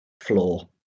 floor